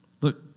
Look